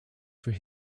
for